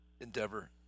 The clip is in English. Endeavor